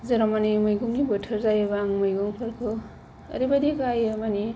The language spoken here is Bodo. जेराव माने मैगंनि बोथोर जायोब्ला आं मैगंफोरखौ ओरैबायदि गायो माने